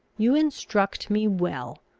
you instruct me well.